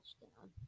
touchdown